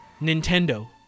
Nintendo